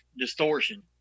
distortion